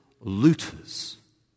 looters